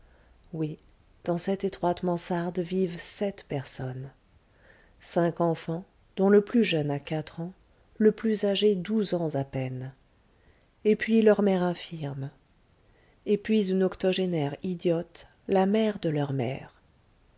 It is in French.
oui dans cette étroite mansarde vivent sept personnes cinq enfants dont le plus jeune a quatre ans le plus âgé douze ans à peine et puis leur mère infirme et puis une octogénaire idiote la mère de leur mère